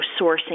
sourcing